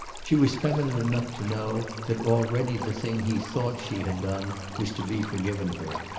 she was feminine enough to know that already the thing he thought she had done was to be forgiven her.